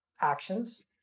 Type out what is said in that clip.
actions